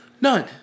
None